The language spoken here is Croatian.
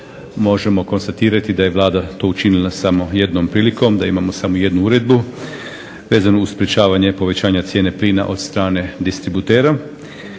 možemo konstatirati da je Vlada to učinila samo jednom prilikom, da imamo samo jednu uredbu vezano uz sprečavanje povećanje cijene plina od strane distributera.